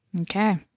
Okay